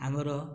ଆମର